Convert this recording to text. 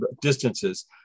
distances